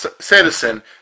Citizen